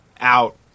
out